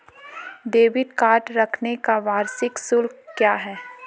Debit card रखने का वार्षिक शुल्क क्या है?